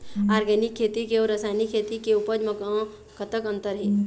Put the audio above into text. Organic खेती के अउ रासायनिक खेती के उपज म कतक अंतर हे?